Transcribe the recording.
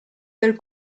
del